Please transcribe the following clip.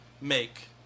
make